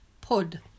pod